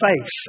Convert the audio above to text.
faith